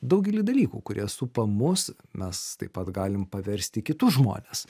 daugelį dalykų kurie supa mus mes taip pat galim paversti į kitus žmones